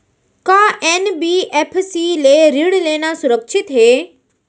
का एन.बी.एफ.सी ले ऋण लेना सुरक्षित हे?